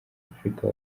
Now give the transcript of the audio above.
afurika